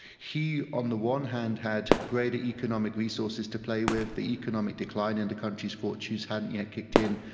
he on the one hand had greater economic resources to play with, the economic decline in the country's fortunes hadn't yet kicked in.